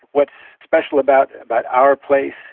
what's special about about our place.